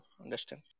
Understand